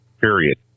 Period